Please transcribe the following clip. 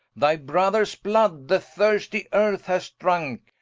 thy brothers blood the thirsty earth hath drunk,